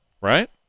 right